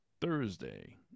Thursday